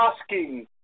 asking